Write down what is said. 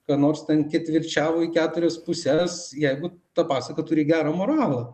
ką nors ten ketvirčiavo į keturias puses jeigu ta pasaka turi gerą moralą